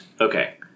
okay